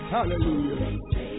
Hallelujah